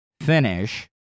finish